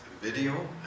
video